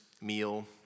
meal